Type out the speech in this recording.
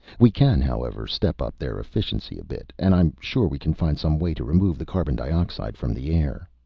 we can, however, step up their efficiency a bit. and i'm sure we can find some way to remove the carbon dioxide from the air.